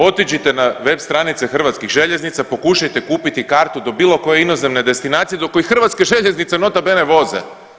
Otiđite na web stranice Hrvatskih željeznica, pokušajte kupiti kartu do bilo koje inozemne destinacije do koje Hrvatske željeznice nota bene voze.